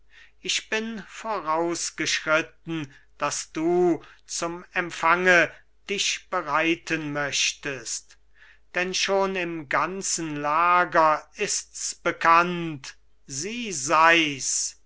ich bin vorausgeschritten daß du zum empfange dich bereiten möchtest denn schon im ganzen lager ist's bekannt sie sei's